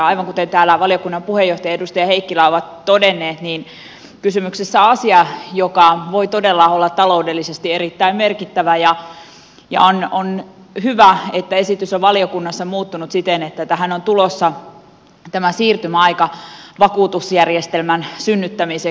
aivan kuten täällä valiokunnan puheenjohtaja ja edustaja heikkilä ovat todenneet kysymyksessä on asia joka voi todella olla taloudellisesti erittäin merkittävä ja on hyvä että esitys on valiokunnassa muuttunut siten että tähän on tulossa tämä siirtymäaika vakuutusjärjestelmän synnyttämiseksi